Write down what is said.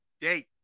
date